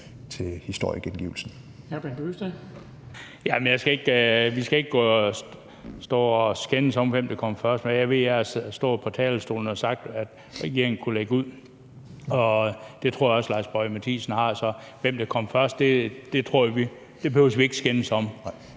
Kl. 13:14 Bent Bøgsted (DF): Jamen vi skal ikke stå og skændes om, hvem der kom først. Men jeg ved, at jeg har stået på talerstolen og sagt, at regeringen kunne lægge ud, og det tror jeg også Lars Boje Mathiesen har sagt. Hvem der kom først, tror jeg ikke vi behøver skændes om.